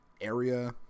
area